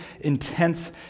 intense